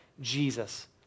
Jesus